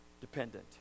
dependent